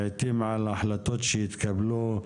לעתים על החלטות שהתקבלו,